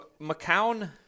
mccown